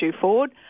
forward